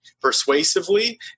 persuasively